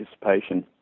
participation